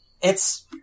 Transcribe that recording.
It's-